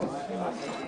ננעלה בשעה